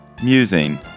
Musing